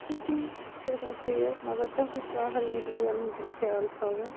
سِکوٗٹی چھِ آسان سیف مگر تَتھ تہِ چھِ پیٚوان ہیٚلمِٹٕچ ویٚلمِٹٕچ خیال تھاوُن